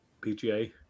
pga